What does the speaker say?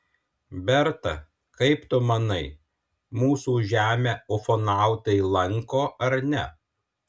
berta kaip tu manai mūsų žemę ufonautai lanko ar ne